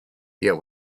yet